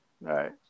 right